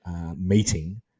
meeting